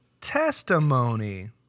testimony